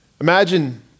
Imagine